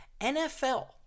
NFL